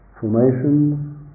formation